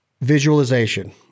Visualization